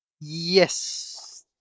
Yes